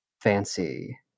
fancy